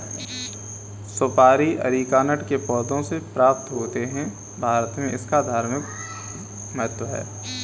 सुपारी अरीकानट के पौधों से प्राप्त होते हैं भारत में इसका धार्मिक महत्व है